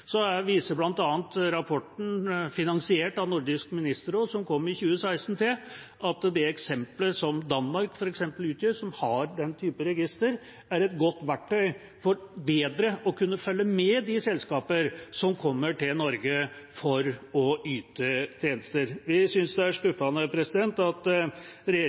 viser bl.a. rapporten finansiert av Nordisk ministerråd som kom i 2016, til at det eksemplet som Danmark utgjør, som har den typen register, er et godt verktøy for bedre å kunne følge med de selskaper som kommer til Norge for å yte tjenester. Vi synes det er skuffende at